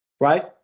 right